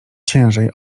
ciężej